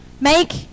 make